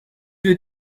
wir